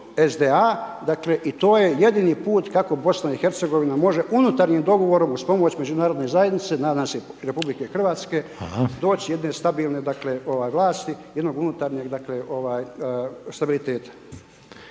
SDA i to je jedini put kako BIH može unutarnjim dogovorom uz pomoć međunarodne zajednice, nadam se i RH doći jedne stabilne vlasti, jednog unutarnjem stabiliteta.